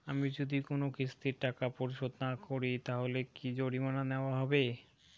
আমি যদি কোন কিস্তির টাকা পরিশোধ না করি তাহলে কি জরিমানা নেওয়া হবে?